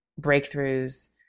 breakthroughs